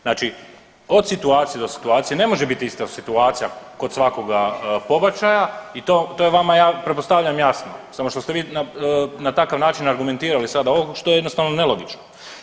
Znači od situacije do situacije, ne može biti ista situacija kod svakoga pobačaja i to je vama ja pretpostavljam jasno, samo što ste vi na takav način argumentirali sada ovo što je jednostavno nelogično.